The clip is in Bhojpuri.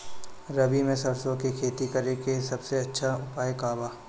रबी में सरसो के खेती करे के सबसे अच्छा उपाय का बा?